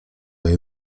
jej